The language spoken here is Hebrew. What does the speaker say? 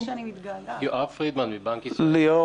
ליאור